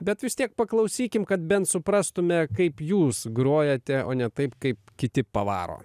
bet vis tiek paklausykim kad bent suprastume kaip jūs grojate o ne taip kaip kiti pavaro